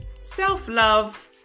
self-love